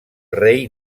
rei